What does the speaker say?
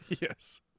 Yes